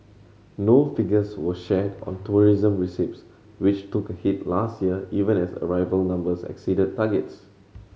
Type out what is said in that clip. no figures were shared on tourism receipts which took a hit last year even as arrival numbers exceeded targets